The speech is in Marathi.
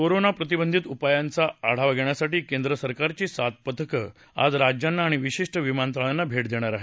कोरोना प्रतिबधंक उपायांचा आढावा घेण्यासाठी केंद्र सरकारची सात पथक आज राज्यांना आणि विशिष्ट विमानतळांना भेट देणार आहेत